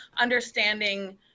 understanding